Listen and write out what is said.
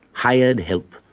hired help,